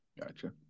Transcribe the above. Gotcha